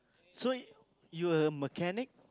so you a mechanic